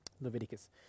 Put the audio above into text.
Leviticus